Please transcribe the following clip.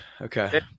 Okay